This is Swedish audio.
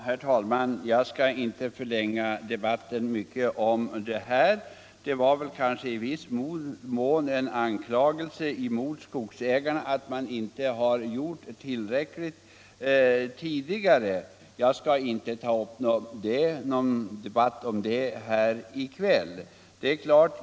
Herr talman! Jag skall inte mycket förlänga den här debatten. Statsrådet riktade väl i viss mån en anklagelse mot skogsägarna för att inte ha gjort tillräckligt tidigare. Jag skall inte ta upp en debatt om det här i kväll.